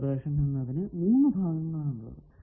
calibration എന്നതിന് മൂന്നു ഭാഗങ്ങൾ ആണ് ഉള്ളത്